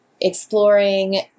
exploring